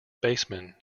baseman